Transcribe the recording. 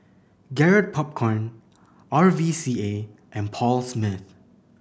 Garrett Popcorn R V C A and Paul Smith